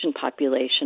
population